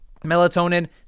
Melatonin